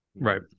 Right